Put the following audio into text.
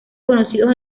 conocidos